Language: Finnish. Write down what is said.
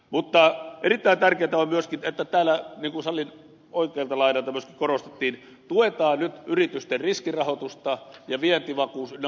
mutta erittäin tärkeätä on myöskin niin kuin salin oikealta laidaltakin korostettiin että tuetaan nyt yritysten riskirahoitusta ja vientivakuus ynnä muuta